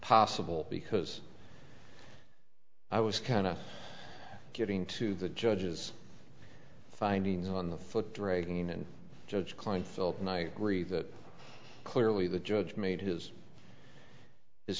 possible because i was kind of getting to the judge's findings on the foot dragging in judge klinefelter and i agree that clearly the judge made his his